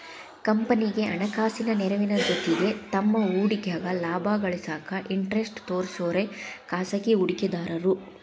ಕಂಪನಿಗಿ ಹಣಕಾಸಿನ ನೆರವಿನ ಜೊತಿಗಿ ತಮ್ಮ್ ಹೂಡಿಕೆಗ ಲಾಭ ಗಳಿಸಾಕ ಇಂಟರೆಸ್ಟ್ ತೋರ್ಸೋರೆ ಖಾಸಗಿ ಹೂಡಿಕೆದಾರು